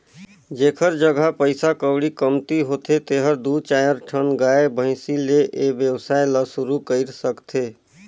जेखर जघा पइसा कउड़ी कमती होथे तेहर दू चायर ठन गाय, भइसी ले ए वेवसाय ल सुरु कईर सकथे